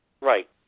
Right